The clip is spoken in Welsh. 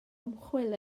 ymchwil